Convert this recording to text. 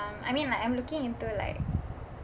I mean like I'm looking into like